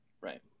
Right